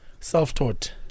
Self-taught